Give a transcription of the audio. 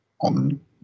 on